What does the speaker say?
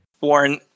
Warren